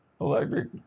electric